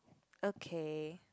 okay